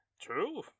True